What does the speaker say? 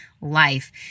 life